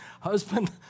Husband